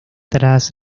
tras